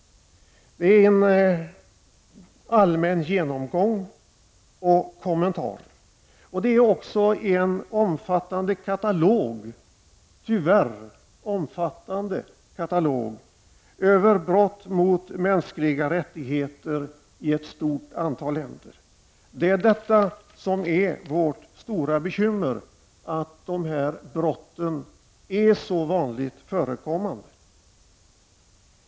Det är en allmän genomgång och kommentar, och det är också en katalog, tyvärr en omfattande sådan, över brott mot mänskliga rättigheter i ett stort antal länder. Det är vårt stora bekymmer att dessa brott är så vanligt förekommande.